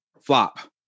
flop